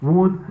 one